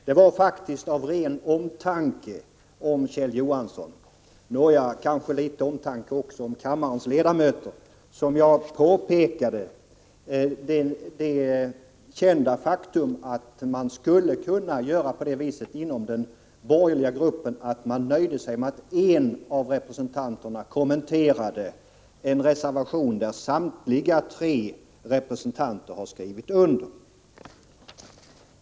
Det var faktiskt av ren omtanke om Kjell Johansson — nåja, kanske också litet om kammarens övriga ledamöter — som jag påpekade det kända faktum att ni skulle kunna göra så inom den borgerliga gruppen att ni nöjde er med att en av representanterna kommenterade en reservation som samtliga representanter har skrivit under.